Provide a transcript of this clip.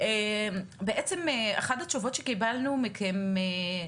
אחת התשובות שקיבלנו מכם,